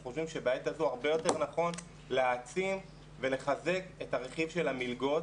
אנחנו חושבים שבעת הזו הרבה יותר נכון להעצים ולחזק את הרכיב של המלגות